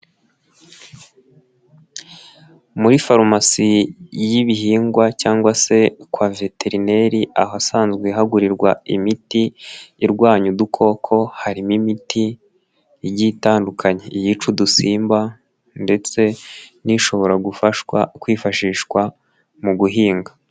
Muri farumasi y'ibihingwa cyangwa se kwa Veterineri ahasanzwe hagurirwa imiti irwanya udukoko, harimo imiti igiye igitandukanye, iyica udusimba ndetse n'ishobora gufashwa kwifashishwa mu guhinga.